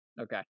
Okay